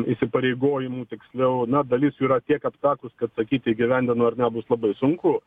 įsipareigojimų tiksliau na dalis jų yra tiek aptakūs kad sakyti įgyvendino ar ne bus labai sunku